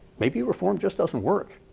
maybe reform just doesn't work.